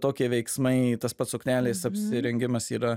tokie veiksmai tas pats suknelės apsirengimas yra